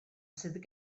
sydd